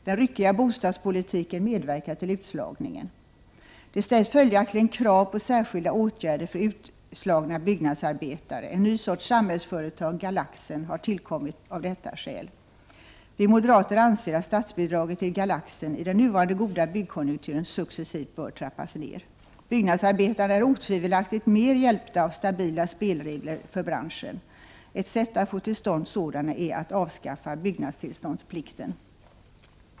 Den ryckiga bostadspolitiken medverkar till utslagningen. Det ställs följaktligen krav på särskilda åtgärder för utslagna byggnadsarbetare. En ny sorts samhällsföretag, Galaxen, har tillkommit av detta skäl. Vi moderater anser att statsbidraget till Galaxen i den nuvarande goda byggkonjunkturen successivt bör trappas ned. Byggnadsarbetarna är otvivelaktigt mer hjälpta av stabila spelregler för branschen. Ett sätt att få till stånd sådana är att avskaffa byggnadstillståndsplikten.